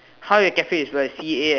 how your cafe is spell C A